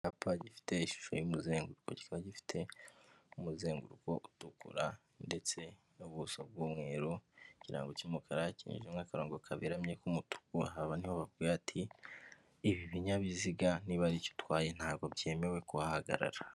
Icyapa gifite ishusho y'umuzenguruko, kikaba gifite umuzenguruko utukura ndetse n'ubuso bw'umweru, ikirango cy'umukara kinyujijemo akarongo kaberamye k'umutuku, aha ni ho bakubwi ati "ibi binyabiziga niba hari icyo utwaye, ntabwo byemewe kuhahagarara."